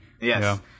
Yes